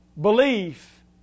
belief